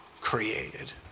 created